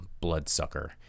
bloodsucker